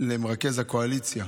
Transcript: למרכז הקואליציה